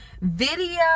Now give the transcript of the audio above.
video